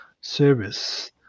service